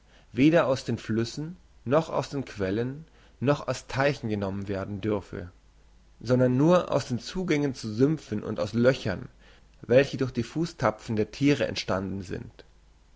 weder aus den flüssen noch aus den quellen noch aus den teichen genommen werden dürfe sondern nur aus den zugängen zu sümpfen und aus löchern welche durch die fusstapfen der thiere entstanden sind